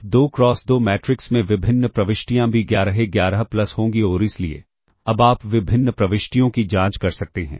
इस 2 cross 2 matrix में विभिन्न प्रविष्टियां B 11 A 11 प्लस होंगी और इसलिए अब आप विभिन्न प्रविष्टियों की जांच कर सकते हैं